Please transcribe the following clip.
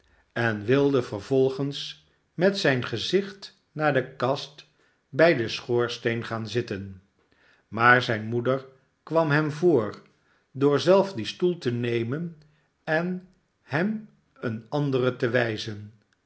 en wilde vervolgens met zijn gezicht naar de kast bij den schoorsteen gaan zitten maar zijne moeder kwam hem voor door zelf dien stoel te nemen en hem een anderen te wijzen